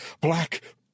Black